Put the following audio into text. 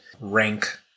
rank